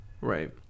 right